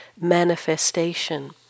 manifestation